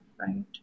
right